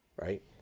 right